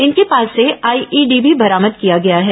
इनके पास से आईईडी भी बरामद किया गया है